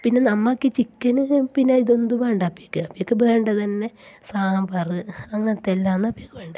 പിന്നെ നമ്മൾക്ക് ചിക്കന് പിന്നെ ഇതൊന്നും വേണ്ട അവരിക്ക് പിന്നെ അവരിക്ക് വേണ്ടത് തന്നെ സാമ്പാർ അങ്ങനത്തെ എല്ലാമാണ് അവരിക്ക് വേണ്ടേ അപ്പോൾ